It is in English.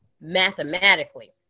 Mathematically